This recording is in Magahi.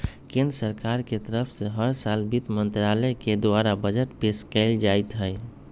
केन्द्र सरकार के तरफ से हर साल वित्त मन्त्रालय के द्वारा बजट पेश कइल जाईत हई